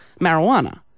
marijuana